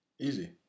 easy